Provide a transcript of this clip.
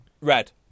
red